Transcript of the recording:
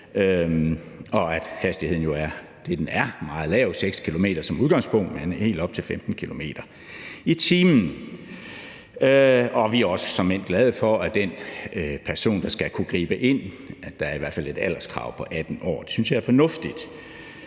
jo er det, den er, meget lav, 6 km/t. som udgangspunkt, men helt op til 15 km/t. Vi er såmænd også glade for, at der for den person, der skal kunne gribe ind, er et alderskrav på 18 år. Det synes jeg er fornuftigt.